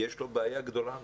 יש לו בעיה גדולה מאוד.